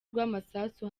rw’amasasu